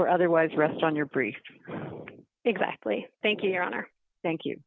or otherwise rest on your brief exactly thank you your honor thank you